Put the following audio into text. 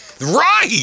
Right